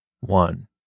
one